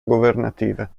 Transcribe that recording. governative